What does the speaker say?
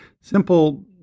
Simple